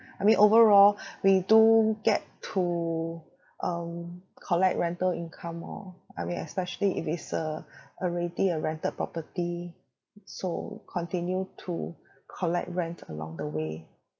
I mean overall we do get to um collect rental income or I mean especially if it's a already a rented property so continue to collect rent along the way